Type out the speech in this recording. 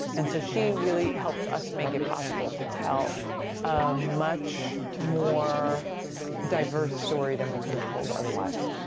and so, she really helped us make it possible to tell a much more diverse story than we could have told otherwise.